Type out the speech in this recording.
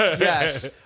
yes